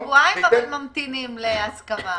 אנחנו שבועיים ממתינים להסכמה.